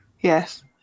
Yes